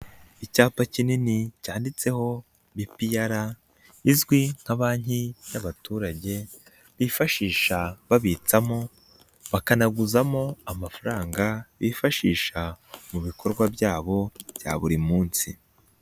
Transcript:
Icyapa kinini cyanditseho BPR, izwi nka banki y'abaturage, bifashisha babitsamo, bakanaguzamo amafaranga bifashisha mu bikorwa byabo bya buri munsi.